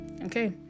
okay